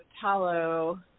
tallow